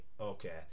okay